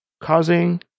causing